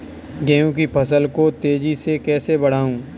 गेहूँ की फसल को तेजी से कैसे बढ़ाऊँ?